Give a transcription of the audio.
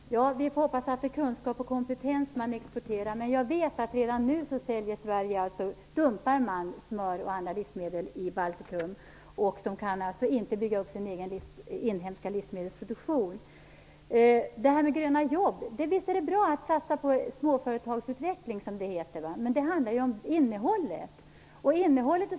Herr talman! Vi får hoppas att det är kunskap och kompetens man exporterar. Jag vet att Sverige redan nu dumpar smör och andra livsmedel i Baltikum. Balterna kan inte bygga upp sin inhemska livsmedelsproduktion. Visst är det bra att satsa på småföretagsutveckling, men det handlar om innehållet.